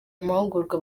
amahugurwa